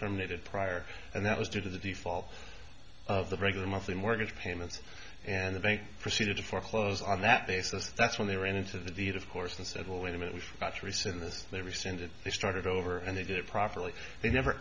terminated prior and that was due to the default of the regular monthly mortgage payments and the bank proceeded to foreclose on that basis that's when they ran into the deed of course and said well wait a minute we've got to rescind this they rescinded they started over and they did it properly they never